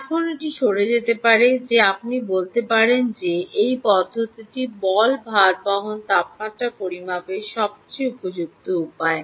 এখন এটি সরে যেতে পারে যে আপনি বলতে পারেন যে এই পদ্ধতিটি বল ভারবহন তাপমাত্রা পরিমাপের সবচেয়ে উপযুক্ত উপায়